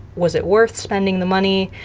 was it worth spending the money?